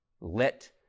let